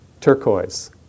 Turquoise